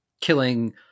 killing